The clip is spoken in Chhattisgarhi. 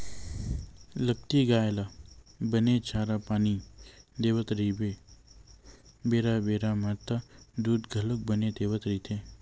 लगती गाय ल बने चारा पानी देवत रहिबे बेरा बेरा म त दूद घलोक बने देवत रहिथे